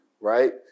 right